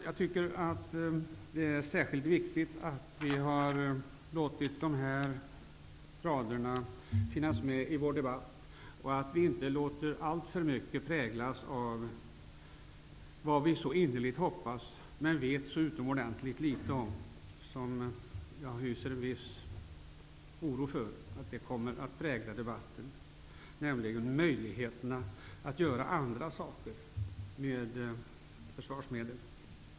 Jag tycker att det är viktigt att låta dessa rader få vara med i vår debatt och att vi inte alltför mycket låter denna präglas av sådant som vi innerligt hoppas på men vet så utomordentligt litet om. Jag hyser en viss oro för att möjligheterna att använda försvarsmedel till andra ändamål än försvarsuppgifter skall komma att prägla debatten.